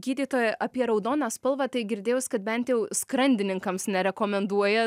gydytoja apie raudoną spalvą tai girdėjus kad bent jau skrandininkams nerekomenduoja